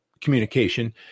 communication